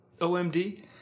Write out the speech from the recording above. OMD